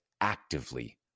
actively